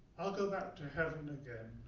i'll go back to heaven again,